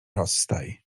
rozstaj